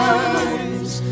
eyes